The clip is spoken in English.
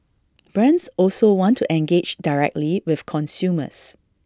brands also want to engage directly with consumers